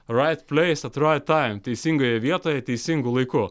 rait pleis at rait taim teisingoje vietoje teisingu laiku